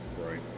Right